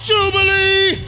Jubilee